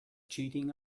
cheating